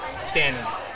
standings